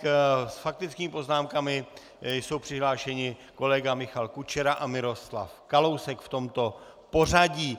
S faktickými poznámkami jsou přihlášeni kolega Michal Kučera a Miroslav Kalousek v tomto pořadí.